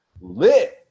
lit